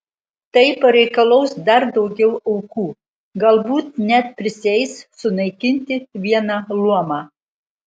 tai pareikalaus dar daugiau aukų galbūt net prisieis sunaikinti vieną luomą